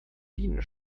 bienen